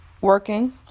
working